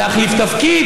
להחליף תפקיד,